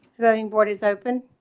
voting board is open